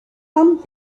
pump